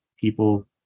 people